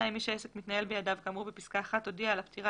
מי שהעסק מתנהל בידיו כאמור בפסקה (1) הודיע על הפטירה